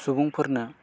सुबुंफोरनो